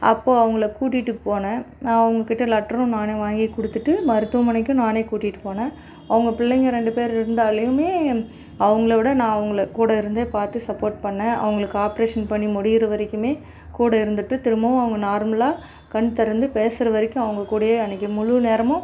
அப்போ அவங்கள கூட்டிட்டு போனேன் அவங்கக்கிட்ட லெட்டரும் நானே வாங்கி கொடுத்துட்டு மருத்துவமனைக்கும் நானே கூட்டிட்டு போனேன் அவங்க பிள்ளைங்க ரெண்டு பேர் இருந்தாலையுமே அவங்கள விட நான் அவங்கள கூட இருந்தே பார்த்து சப்போர்ட் பண்ணேன் அவங்களுக்கு ஆப்ரேஷன் பண்ணி முடியுற வரைக்குமே கூட இருந்துவிட்டு திரும்பவும் அவங்க நார்மலாக கண் திறந்து பேசுகிற வரைக்கும் அவங்ககூடயே அன்னைக்கு முழு நேரமும்